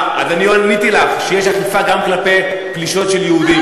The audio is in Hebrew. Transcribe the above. אז אני עניתי לך: יש אכיפה גם כלפי פלישות של יהודים.